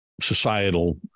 societal